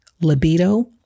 libido